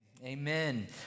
Amen